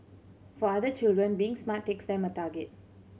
for other children being smart takes them a target